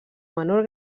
menor